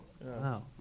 Wow